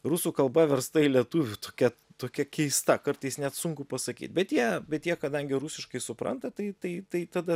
rusų kalba versta į lietuvių tokia tokia keista kartais net sunku pasakyt bet jie bet jie kadangi rusiškai supranta tai tai tai tada